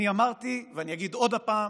אני אמרתי ואני אגיד עוד פעם: